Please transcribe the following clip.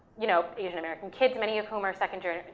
you know, asian american kids, many of whom are second